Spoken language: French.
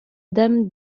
dame